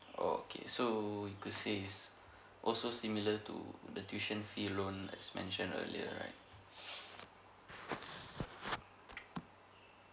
okay so you could say is also similar to the tuition fee loan as mentioned earlier right